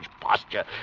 posture